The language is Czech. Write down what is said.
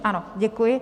Ano, děkuji.